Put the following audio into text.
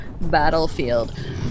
battlefield